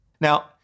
Now